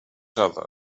other